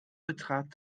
betrat